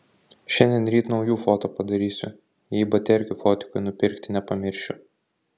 šiandien ryt naujų foto padarysiu jei baterkių fotikui nupirkti nepamiršiu